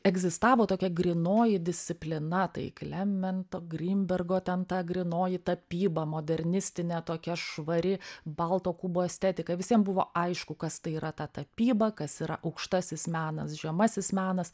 egzistavo tokia grynoji disciplina tai klemento grinbergo ten ta grynoji tapyba modernistinė tokia švari balto kubo estetika visiem buvo aišku kas tai yra ta tapyba kas yra aukštasis menas žemasis menas